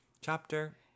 Chapter